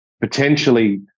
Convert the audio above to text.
Potentially